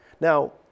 Now